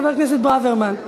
חבר הכנסת ברוורמן,